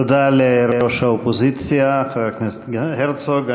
תודה לראש האופוזיציה חבר הכנסת הרצוג.